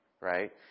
right